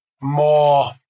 more